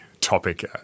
topic